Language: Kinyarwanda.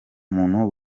muntu